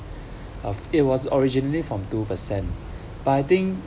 of it was originally from two percent but I think